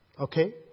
Okay